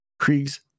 Kriegs